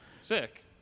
Sick